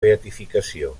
beatificació